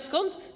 Skąd?